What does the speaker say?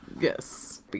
Yes